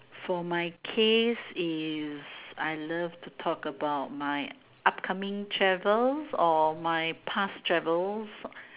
for my case is I love to talk about my upcoming travels or my past travels